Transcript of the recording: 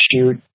shoot